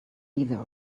either